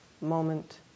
moment